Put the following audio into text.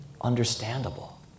understandable